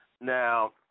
Now